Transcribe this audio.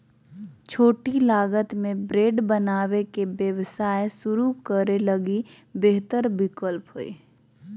छोटी लागत में ब्रेड बनावे के व्यवसाय शुरू करे लगी बेहतर विकल्प हइ